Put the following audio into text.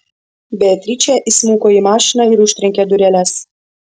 beatričė įsmuko į mašiną ir užtrenkė dureles